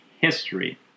history